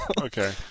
Okay